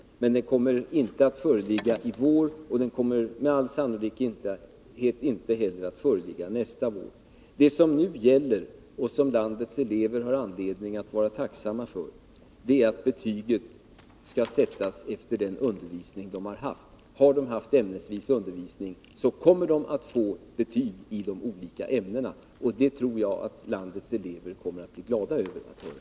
Men den kommer inte att föreligga i vår och med all sannolikhet inte heller nästa år. Det som nu gäller — och som landets elever har anledning att vara tacksamma för — är att betyget skall sättas efter den undervisning som de har haft. Om de haft undervisning ämnesvis, kommer de att få betyg i de olika ämnena. Och jag tror att landets elever kommer att bli glada över det.